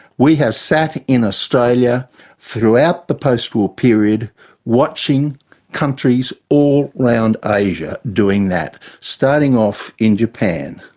we have sat in australia throughout the post-war period watching countries all round asia doing that, starting off in japan,